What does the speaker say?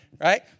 right